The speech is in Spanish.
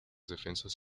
defensas